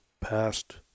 past